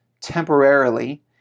temporarily